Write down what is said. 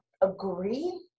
agree